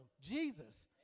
Jesus